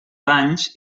banys